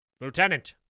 Lieutenant